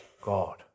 God